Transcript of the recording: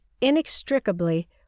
inextricably